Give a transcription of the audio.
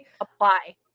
apply